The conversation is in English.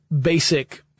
basic